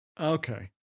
Okay